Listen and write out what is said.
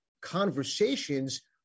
conversations